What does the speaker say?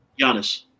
Giannis